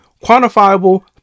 quantifiable